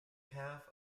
half